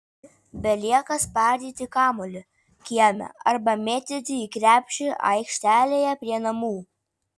belieka spardyti kamuolį kieme arba mėtyti į krepšį aikštelėje prie namų